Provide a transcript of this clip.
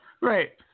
Right